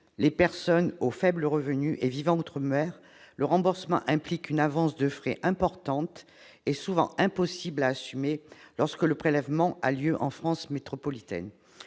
les personnes aux faibles revenus vivant outre-mer, le remboursement implique une avance de frais importante et souvent impossible à assumer lorsque le prélèvement a lieu en France métropolitaine.